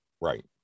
Right